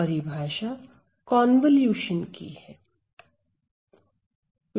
परिभाषा कोनवॉल्यूशन की है